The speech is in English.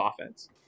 offense